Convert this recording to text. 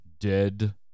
Dead